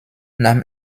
nahm